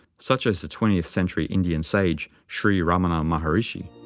such as the twentieth-century indian sage sri ramana maharshi.